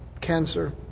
cancer